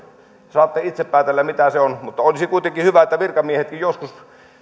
saatte itse päätellä mitä se on mutta olisi kuitenkin hyvä että virkamiehetkin joskus